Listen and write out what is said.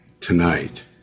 tonight